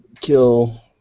kill